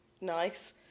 Nice